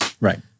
Right